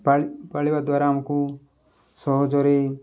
ପାଳି ପାଳିବା ଦ୍ୱାରା ଆମକୁ ସହଜରେ